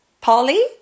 Polly